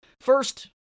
First